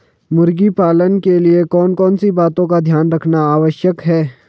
मुर्गी पालन के लिए कौन कौन सी बातों का ध्यान रखना आवश्यक है?